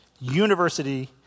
University